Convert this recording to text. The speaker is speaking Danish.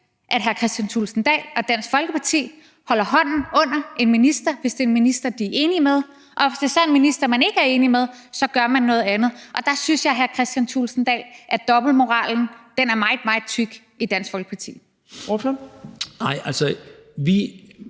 at hr. Kristian Thulesen Dahl og Dansk Folkeparti holder hånden under en minister, hvis det er en minister, de er enige med, og hvis det så er en minister, man ikke er enig med, så gør man noget andet. Og der synes jeg, hr. Kristian Thulesen Dahl, at dobbeltmoralen er meget, meget tyk i Dansk Folkeparti.